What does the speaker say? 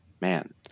man